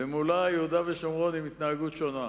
ומולה יהודה ושומרון עם התנהגות שונה.